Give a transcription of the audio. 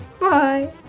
Bye